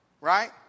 right